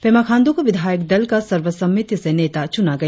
पेमा खांडू को विधायक दल का सर्वसम्मति से नेता चुना गया